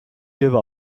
give